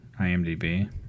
IMDb